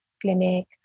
clinic